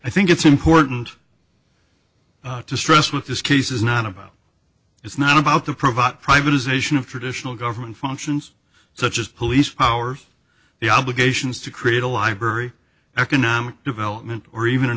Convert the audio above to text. i think it's important to stress what this case is not about it's not about the provide privatization of traditional government functions such as police powers the obligations to create a library economic development or even an